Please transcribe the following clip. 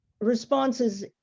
responses